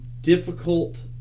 difficult